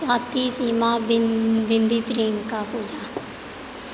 Swati Seema Bindi Priyanka Puja